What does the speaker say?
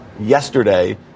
yesterday